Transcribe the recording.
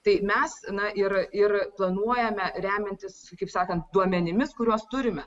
tai mes na ir ir planuojame remiantis kaip sakant duomenimis kuriuos turime